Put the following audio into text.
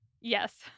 Yes